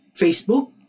facebook